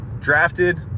drafted